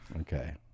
Okay